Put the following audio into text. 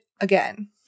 again